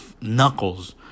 knuckles